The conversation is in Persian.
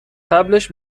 قبلش